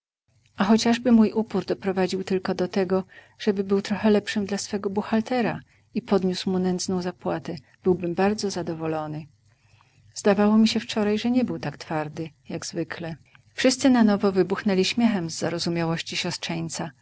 chociażby mój upór doprowadził tylko do tego żeby był trochę lepszym dla swego buchaltera i podniósł mu nędzną zapłatę byłbym bardzo zadowolony zdawało mi się wczoraj że nie był tak twardy jak zwykle wszyscy na nowo wybuchnęli śmiechem z